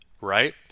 right